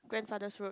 grandfather's road